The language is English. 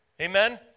Amen